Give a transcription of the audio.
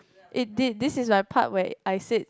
it did this is the part where I said